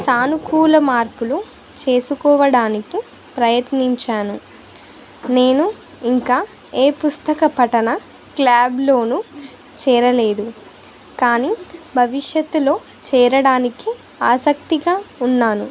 సానుకూల మార్పులు చేసుకోవడానికి ప్రయత్నించాను నేను ఇంకా ఏ పుస్తక పఠన క్లబ్లోను చేరలేదు కానీ భవిష్యత్తులో చేరడానికి ఆసక్తిగా ఉన్నాను